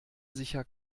sicher